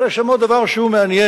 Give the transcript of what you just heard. אבל יש שם עוד דבר שהוא מעניין,